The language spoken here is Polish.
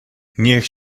niech